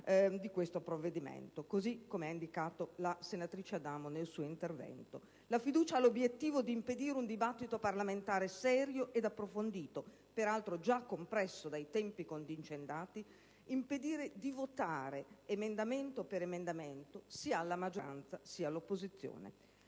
di questo provvedimento, così come ha indicato la senatrice Adamo nel suo intervento. La fiducia ha l'obiettivo di impedire un dibattito serio e approfondito, peraltro già compresso dai tempi contingentati e di impedire, sia alla maggioranza che all'opposizione,